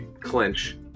clinch